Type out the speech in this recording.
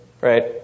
right